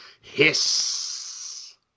Hiss